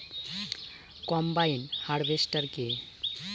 Combine harvester কি?